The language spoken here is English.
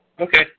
Okay